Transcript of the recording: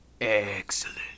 Excellent